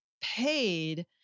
paid